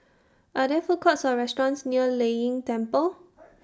Are There Food Courts Or restaurants near Lei Yin Temple